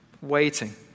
waiting